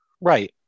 Right